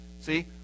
see